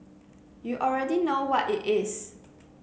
you already know what it is